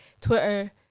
twitter